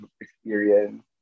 experience